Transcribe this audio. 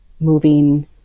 moving